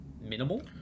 minimal